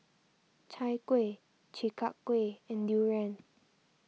Chai Kueh Chi Kak Kuih and Durian